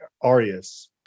Arias